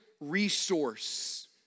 resource